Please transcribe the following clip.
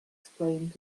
explained